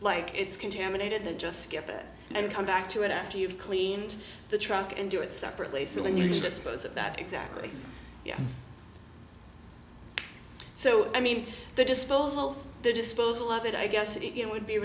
like it's contaminated then just skip it and come back to it after you've cleaned the truck and do it separately so when you dispose of that exactly yeah so i mean the disposal the disposal of it i guess it would be